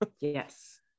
Yes